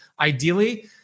Ideally